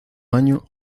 año